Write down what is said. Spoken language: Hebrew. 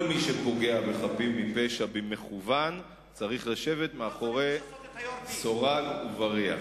כל מי שפוגע בחפים מפשע במכוון צריך לשבת מאחורי סורג ובריח.